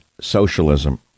socialism